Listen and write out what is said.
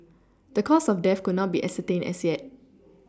the cause of death could not be ascertained as yet